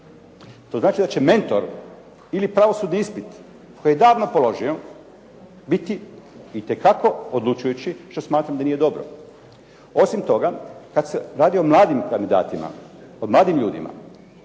To znači da će mentor ili pravosudni ispit koji je davno položio biti itekako odlučujući što smatram da nije dobro. Osim toga kad se radi o mladim kandidatima, o mladim ljudima,